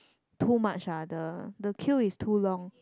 too much ah the the queue is too long